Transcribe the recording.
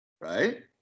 Right